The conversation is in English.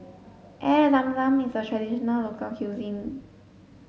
Air Zam Zam is a traditional local cuisine